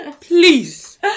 Please